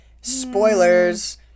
spoilers